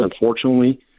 unfortunately